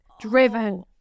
Driven